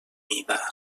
mida